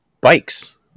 Bikes